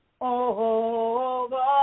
over